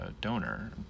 donor